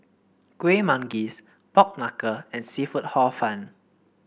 Kuih Manggis Pork Knuckle and seafood Hor Fun